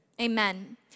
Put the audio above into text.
Amen